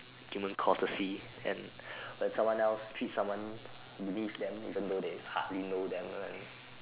human courtesy and when someone else treats someone believe them even though they hardly know them